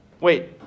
Wait